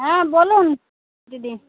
হ্যাঁ বলুন দিদি